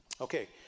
Okay